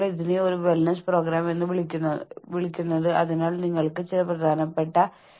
നിങ്ങൾ അറിഞ്ഞിരിക്കണം നിങ്ങളുടെ സ്ഥാപനത്തിൽ പോലും നിങ്ങൾക്ക് ഞെരുക്കാവുന്ന പന്തുകൾ ഉണ്ട്